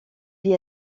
vit